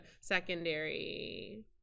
secondary